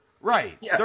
Right